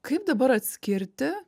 kaip dabar atskirti